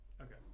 Okay